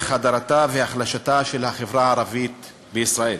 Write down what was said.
הדרתה והחלשתה של החברה הערבית בישראל.